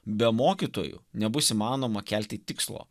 be mokytojų nebus įmanoma kelti tikslo